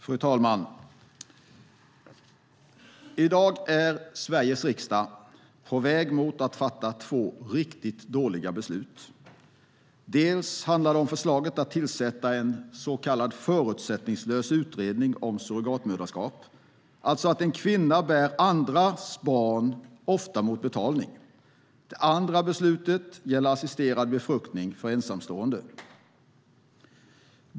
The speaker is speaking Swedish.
Fru talman! I dag är Sveriges riksdag på väg att fatta två riktigt dåliga beslut. Dels handlar det om förslaget att tillsätta en så kallad förutsättningslös utredning om surrogatmoderskap, alltså att en kvinna bär andras barn, ofta mot betalning, dels om beslutet som gäller assisterad befruktning för ensamstående.